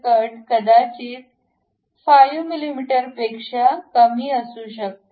cut कदाचित 5 मिमीपेक्षा कमी असू शकते